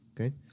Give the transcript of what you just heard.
Okay